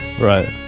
Right